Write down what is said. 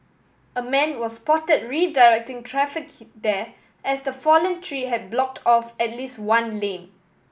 a man was spotted redirecting traffic there as the fallen tree have blocked off at least one lane